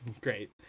great